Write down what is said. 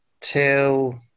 till